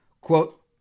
Quote